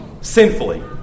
sinfully